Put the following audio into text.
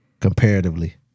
comparatively